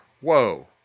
Whoa